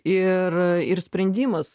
ir ir sprendimas